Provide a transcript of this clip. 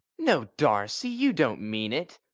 no, darcy! you don't mean it!